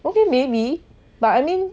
okay maybe but I mean